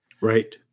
Right